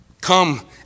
Come